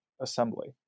Assembly